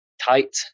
tight